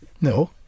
No